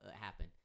happen